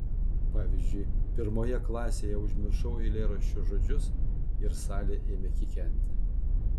pavyzdžiui pirmoje klasėje užmiršau eilėraščio žodžius ir salė ėmė kikenti